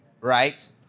right